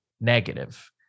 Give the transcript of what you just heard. negative